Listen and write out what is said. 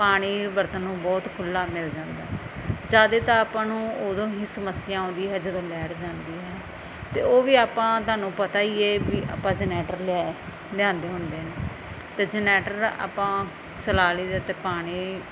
ਪਾਣੀ ਵਰਤਣ ਨੂੰ ਬਹੁਤ ਖੁੱਲ੍ਹਾ ਮਿਲ ਜਾਂਦਾ ਹੈ ਜਿਆਦੇ ਤਾਂ ਆਪਾਂ ਨੂੰ ਉਦੋਂ ਹੀ ਸਮੱਸਿਆ ਆਉਂਦੀ ਹੈ ਜਦੋਂ ਲੈਟ ਜਾਂਦੀ ਹੈ ਅਤੇ ਉਹ ਵੀ ਆਪਾਂ ਤੁਹਾਨੂੰ ਪਤਾ ਹੀ ਹੈ ਵੀ ਆਪਾਂ ਜਨੈਟਰ ਲਿਆ ਹੈ ਲਿਆਉਂਦੇ ਹੁੰਦੇ ਨੇ ਅਤੇ ਜਨੈਟਰ ਆਪਾਂ ਚਲਾ ਲਈ ਦੇ ਅਤੇ ਪਾਣੀ